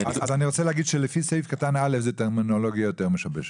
אני רוצה להגיד שלפי סעיף קטן (א) זאת טרמינולוגיה יותר משבשת.